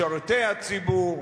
משרתי הציבור,